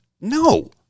no